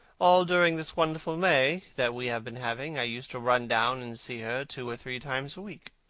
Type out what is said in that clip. all during this wonderful may that we have been having, i used to run down and see her two or three times a week.